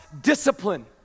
discipline